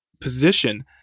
position